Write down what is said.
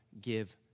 give